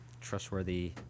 trustworthy